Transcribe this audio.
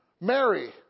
Mary